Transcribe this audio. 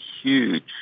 huge